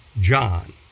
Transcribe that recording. John